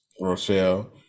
Rochelle